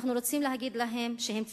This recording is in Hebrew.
אנחנו רוצים להגיד להם שהם צבועים: